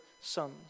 sons